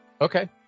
Okay